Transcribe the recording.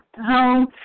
home